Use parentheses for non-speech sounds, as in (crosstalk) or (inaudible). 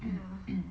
(noise)